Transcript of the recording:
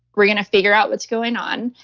we're going to figure out what's going on.